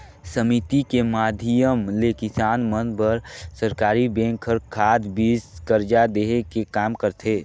समिति के माधियम ले किसान मन बर सरकरी बेंक हर खाद, बीज, करजा देहे के काम करथे